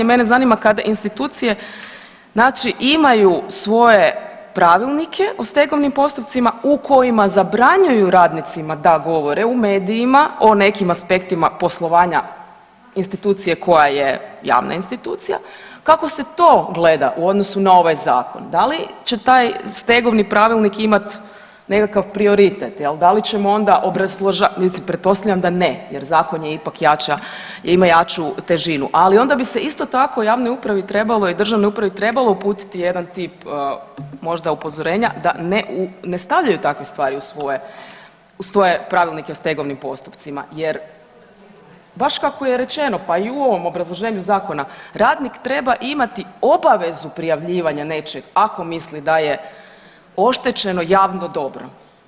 Mene zanima kada institucije znači imaju svoje pravilnike o stegovnim postupcima u kojima zabranjuju radnicima da govore u medijima o nekim aspektima poslovanja institucije koja je javna institucija, kako se to gleda u odnosu na ovaj zakon, da li će taj stegovni pravilnik imat nekakav prioritet jel, da li ćemo onda obrazlož, mislim pretpostavljam da ne jer zakon je ipak jača, ima jaču težinu, ali onda bi se isto tako javnoj upravi trebalo i državnoj upravi trebalo uputiti jedan tip možda upozorenja da ne stavljaju takve stvari u svoje, u svoje pravilnike o stegovnim postupcima jer baš kako je rečeno, pa i u ovom obrazloženju zakona radnik treba imati obavezu prijavljivanja nečeg ako misli da je oštećeno javno dobro.